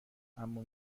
اما